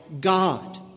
God